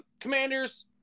Commanders